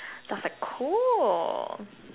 then I was like cool